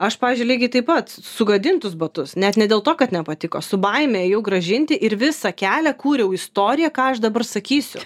aš pavyzdžiui lygiai taip pat sugadintus batus net ne dėl to kad nepatiko su baime ėjau grąžinti ir visą kelią kūriau istoriją ką aš dabar sakysiu